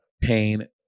pain